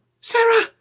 Sarah